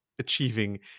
achieving